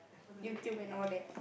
YouTube and all that